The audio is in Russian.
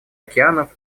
океанов